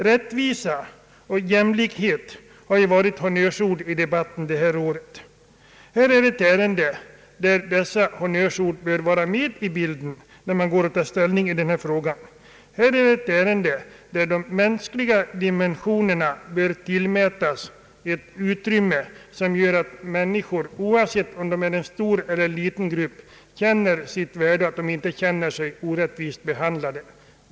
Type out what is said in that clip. Rättvisa och jämlikhet har varit honnörsord i debatterna detta år. Här är ett ärende, där dessa honnörsord bör vara med i bilden. Här bör de mänskliga dimensionerna tillmätas ett utrymme som gör att människor, oavsett om de tillhör en stor eller liten grupp, känner sitt värde och inte anser sig orättvist behandlade.